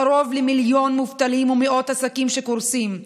קרוב למיליון מובטלים ומאות עסקים שקורסים.